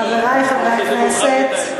חברי חברי הכנסת,